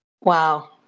Wow